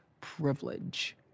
privilege